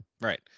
Right